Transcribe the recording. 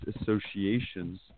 associations